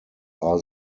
are